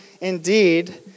indeed